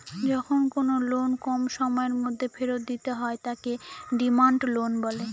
যখন কোনো লোন কম সময়ের মধ্যে ফেরত দিতে হয় তাকে ডিমান্ড লোন বলে